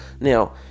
Now